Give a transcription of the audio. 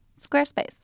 Squarespace